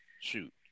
Shoot